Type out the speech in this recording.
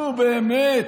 נו, באמת,